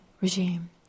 regime